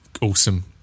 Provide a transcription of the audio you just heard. Awesome